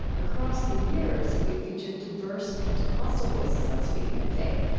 across the years, we've featured diverse pentecostal voices on speaking of faith,